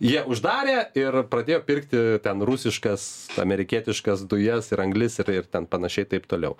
jie uždarė ir pradėjo pirkti ten rusiškas amerikietiškas dujas ir anglis ir ir ten panašiai taip toliau